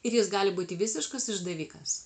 ir jis gali būti visiškas išdavikas